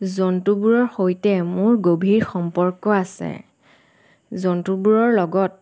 জন্তুবোৰৰ সৈতে মোৰ গভীৰ সম্পৰ্ক আছে জন্তুবোৰৰ লগত